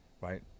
Right